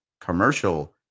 commercial